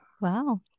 Wow